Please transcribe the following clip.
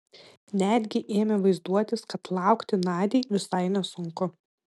netgi ėmė vaizduotis kad laukti nadiai visai nesunku